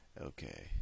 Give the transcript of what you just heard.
Okay